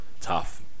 tough